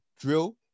Drill